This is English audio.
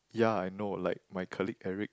yeah I know like my colleague Eric